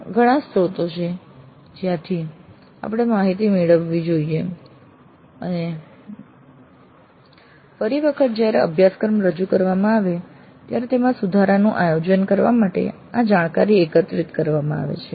આમ ઘણા સ્રોતો છે જ્યાંથી આપણે માહિતી મેળવવી જોઈએ અને ફરી વખત જયારે અભ્યાસક્રમ રજૂ કરવામાં આવે ત્યારે તેમાં સુધારાનું આયોજન કરવા માટે આ જાણકારી એકત્રિત કરવામાં આવે છે